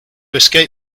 escape